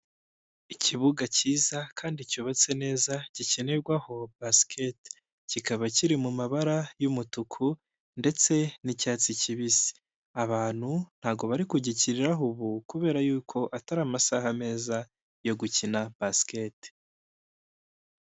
Ikibuga cyiza kandi cyubatse neza gikinirwaho basiketi, kikaba kiri mu mabara y'umutuku ndetse n'icyatsi kibisi. Abantu ntago bari kugikiniraho ubu, kubera y'uko atari amasaha meza yo gukina basiketi.